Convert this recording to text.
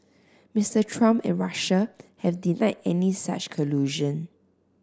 Mister Trump and Russia have denied any such collusion